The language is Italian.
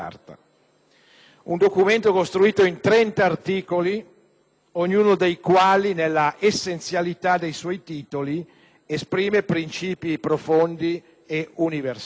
un documento costruito in 30 articoli, ognuno dei quali, nella essenzialità dei suoi titoli, esprime principi profondi e universali.